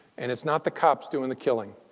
and it's not the cops doing the killing.